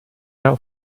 out